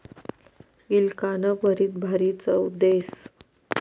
गिलकानं भरीत भारी चव देस